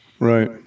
Right